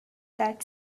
that